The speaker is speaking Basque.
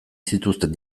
zituzten